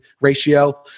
ratio